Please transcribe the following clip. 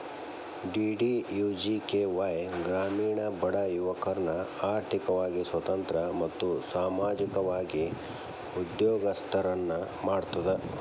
DDUGKY ಗ್ರಾಮೇಣ ಬಡ ಯುವಕರ್ನ ಆರ್ಥಿಕವಾಗಿ ಸ್ವತಂತ್ರ ಮತ್ತು ಸಾಮಾಜಿಕವಾಗಿ ಉದ್ಯೋಗಸ್ತರನ್ನ ಮಾಡ್ತದ